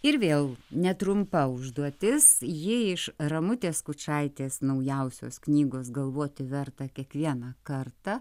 ir vėl netrumpa užduotis jie iš ramutės skučaitės naujausios knygos galvoti verta kiekvieną kartą